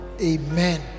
Amen